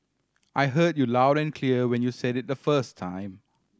I heard you loud and clear when you said it the first time